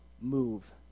move